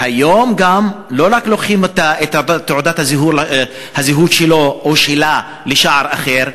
והיום לא רק לוקחים את תעודת הזהות שלו או שלה לשער אחר,